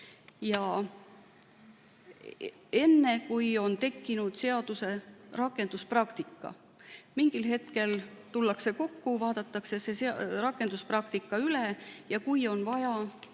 enne kui on tekkinud seaduse rakendamise praktika. Mingil hetkel tullakse kokku, vaadatakse see rakenduspraktika üle ja kui on vaja,